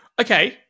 Okay